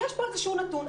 יש פה איזשהו נתון.